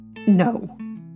No